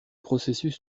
processus